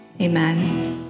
amen